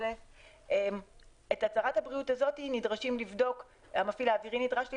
את הצהרת הבריאות הזאת המפעיל האווירי נדרש לבדוק.